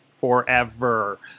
forever